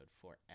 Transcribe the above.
forever